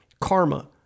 karma